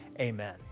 amen